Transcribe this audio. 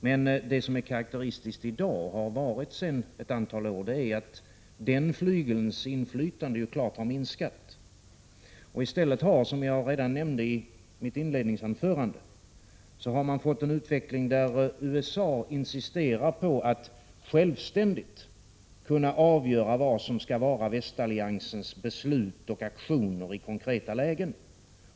Men det som är karakteristiskt i dag och har så varit under ett antal år är att den flygelns inflytande klart har minskat. I stället har man, som jag nämnde redan i mitt inledningsanförande, fått en utveckling, där USA insisterar på att självständigt kunna avgöra vad som skall vara västalliansens beslut och aktioner i konkreta lägen.